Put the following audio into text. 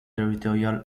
territorial